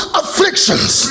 afflictions